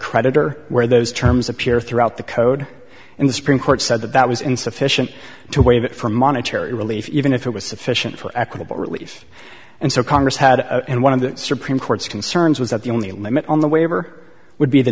creditor where those terms appear throughout the code and the supreme court said that that was insufficient to waive it for monetary relief even if it was sufficient for equitable relief and so congress had and one of the supreme court's concerns was that the only limit on the waiver would be the